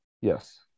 yes